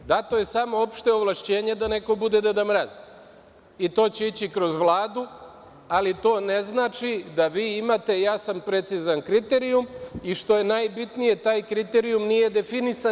Dato je samo opšte ovlašćenje da neko bude deda Mraz i to će ići kroz Vladu, ali to ne znači da vi imate jasan i precizan kriterijum i što je najbitnije, taj kriterijum nije definisan.